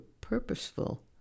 purposeful